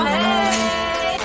Hey